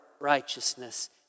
righteousness